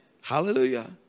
Hallelujah